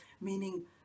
Meaning